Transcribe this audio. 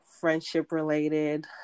friendship-related